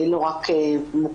לא רק מוכות.